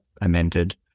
amended